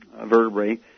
vertebrae